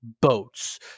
boats